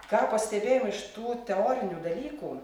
ką pastebėjom iš tų teorinių dalykų